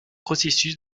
processus